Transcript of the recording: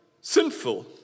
sinful